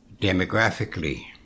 demographically